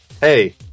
Hey